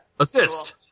Assist